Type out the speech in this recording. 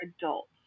adults